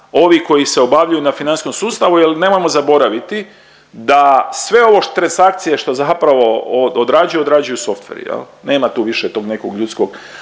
ovih koji se obavljaju na financijskom sustavu jer nemojmo zaboraviti da sve ovo transakcije što zapravo odrađuju, odrađuju softveri, nema tu više tog nekog ljudskog